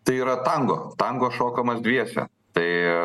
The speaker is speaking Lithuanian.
tai yra tango tango šokamas dviese tai